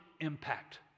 impact